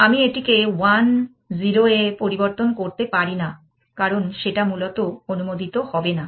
আমি এটিকে 1 0 এ পরিবর্তন করতে পারি না কারণ সেটা মূলত অনুমোদিত হবে না